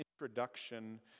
introduction